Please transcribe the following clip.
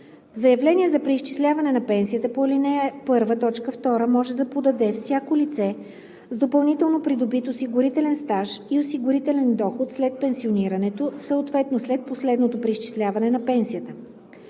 Заявление за преизчисляване на пенсията по ал. 1, т. 2 може да подаде всяко лице с допълнително придобит осигурителен стаж и осигурителен доход след пенсионирането, съответно след последното преизчисляване на пенсията.